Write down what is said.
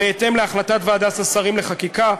בהתאם להחלטת ועדת השרים לחקיקה,